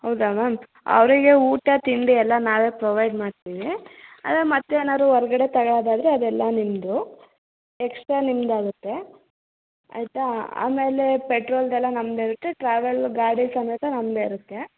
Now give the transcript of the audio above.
ಹೌದಾ ಮ್ಯಾಮ್ ಅವರಿಗೆ ಊಟ ತಿಂಡಿ ಎಲ್ಲ ನಾವೇ ಪ್ರೊವೈಡ್ ಮಾಡ್ತೀವಿ ಅದೆ ಮತ್ತು ಏನಾರು ಹೊರ್ಗಡೆ ತಗೊಳೋದಾದ್ರೆ ಅದು ಎಲ್ಲ ನಿಮ್ದು ಎಕ್ಸ್ಟ್ರಾ ನಿಮ್ದು ಆಗುತ್ತೆ ಆಯ್ತಾ ಆಮೇಲೇ ಪೆಟ್ರೋಲ್ಗೆಲ್ಲ ನಮ್ದೆ ಇರುತ್ತೆ ಟ್ರಾವೆಲ್ ಗಾಡಿ ಸಮೇತ ನಮ್ದೆ ಇರುತ್ತೆ